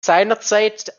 seinerzeit